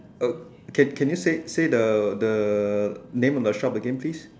can can you say say the the name of the shop again please